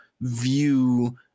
view